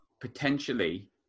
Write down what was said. potentially